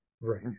Right